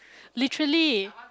literally